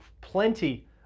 plenty